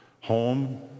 home